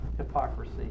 hypocrisy